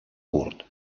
curt